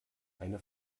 eine